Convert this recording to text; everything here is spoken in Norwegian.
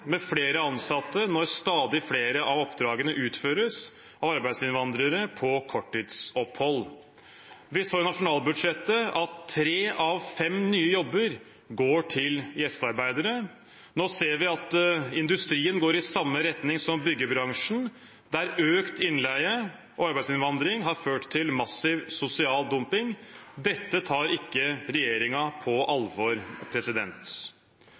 med flere ansatte når stadig flere av oppdragene utføres av arbeidsinnvandrere på korttidsopphold. Vi så i nasjonalbudsjettet at tre av fem nye jobber går til gjestearbeidere. Nå ser vi at industrien går i samme retning som byggebransjen, der økt innleie og arbeidsinnvandring har ført til massiv sosial dumping. Dette tar ikke regjeringen på alvor.